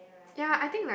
ya I think like